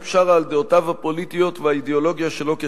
בשארה על דעותיו הפוליטיות והאידיאולוגיה שלו ככאלה,